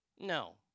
No